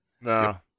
No